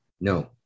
No